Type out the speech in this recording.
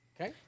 Okay